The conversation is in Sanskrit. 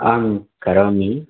अहं करोमि